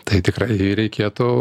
tai tikrai jį reikėtų